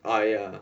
oh ya